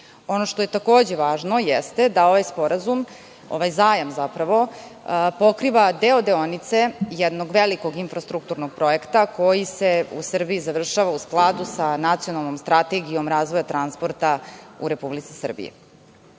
što je takođe važno jeste da ovaj sporazum, ovaj zajam zapravo, pokriva deo deonice jednog velikog infrastrukturnog projekta koji se u Srbiji završava u skladu sa nacionalnom strategijom razvoja transporta u Republici Srbiji. Ono